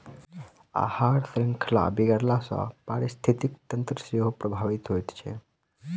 आहार शृंखला बिगड़ला सॅ पारिस्थितिकी तंत्र सेहो प्रभावित होइत छै